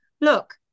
look